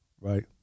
right